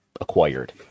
acquired